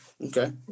okay